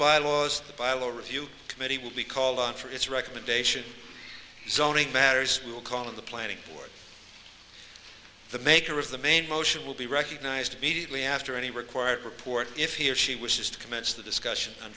review committee will be called on for its recommendation zoning matters will call in the planning board the maker of the main motion will be recognized immediately after any required report if he or she wishes to commence the discussion